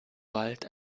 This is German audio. wald